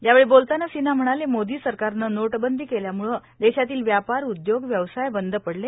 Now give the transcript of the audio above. यावेळी बोलतांना सिन्हा म्हणाले मोदी सरकारने नोट बंदी केल्याम्ळे देशातील व्यापार उदयोग व्यवसाय बंद पडले